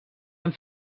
amb